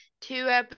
two